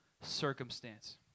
circumstance